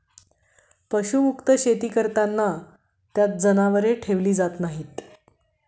पशुमुक्त शेती करताना त्यात जनावरे ठेवली जात नाहीत